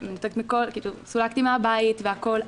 סולקתי מהבית והכול,